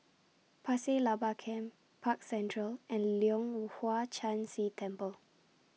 Pasir Laba Camp Park Central and Leong Hwa Chan Si Temple